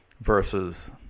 versus